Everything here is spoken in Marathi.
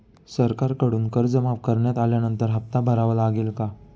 सरकारकडून कर्ज माफ करण्यात आल्यानंतर हप्ता भरावा लागेल का?